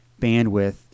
bandwidth